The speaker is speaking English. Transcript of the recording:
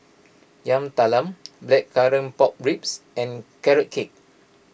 Yam Talam Blackcurrant Pork Ribs and Carrot Cake